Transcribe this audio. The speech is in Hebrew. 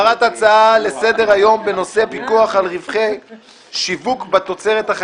הכנסים במושב החמישי של הכנסת העשרים המלצת יו"ר הכנסת וסגניו,